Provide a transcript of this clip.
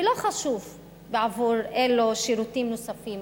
ולא חשוב בעבור אילו שירותים נוספים